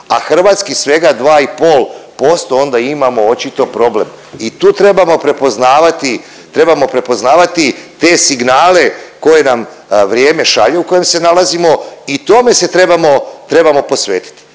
a hrvatski svega 2,5% onda imamo očito problem. I tu trebamo prepoznavati, trebamo prepoznavati te signale koje nam vrijeme šalje u kojem se nalazimo i tome se trebamo, trebamo posvetiti.